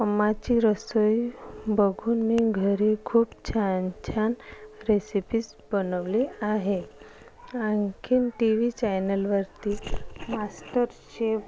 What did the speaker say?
अम्माची रसोई बघून मी घरी खूप छान छान रेसिपीज बनवले आहे आणखीन टी वी चॅनलवरती मास्टर शेप